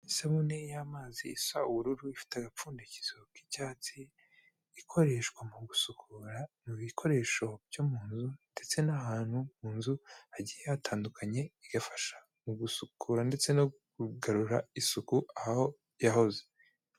Isabune y'amazi isa ubururu, ifite agapfundikizo k'icyatsi, ikoreshwa mu gusukura mu bikoresho byo mu nzu ndetse n'ahantu mu nzu hagiye hatandukanye, igafasha mu gusukura ndetse no kugarura isuku aho yahoze.